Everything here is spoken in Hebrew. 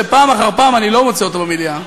שפעם אחר פעם אני לא מוצא אותו במליאה,